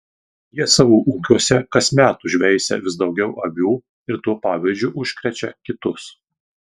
jie savo ūkiuose kasmet užveisia vis daugiau avių ir tuo pavyzdžiu užkrečia kitus